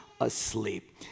asleep